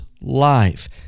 life